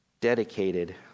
dedicated